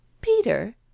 Peter